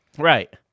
Right